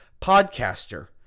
podcaster